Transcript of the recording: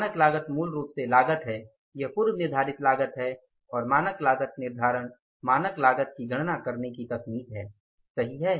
मानक लागत मूल रूप से लागत है यह पूर्व निर्धारित लागत है और मानक लागत निर्धारण मानक लागत की गणना करने की तकनीक है सही है